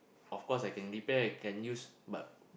of course I can repair and can use but